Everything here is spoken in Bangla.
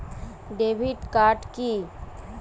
ডেবিট কার্ড কি?